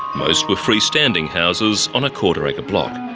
most were freestanding houses on a quarter acre block,